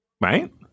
Right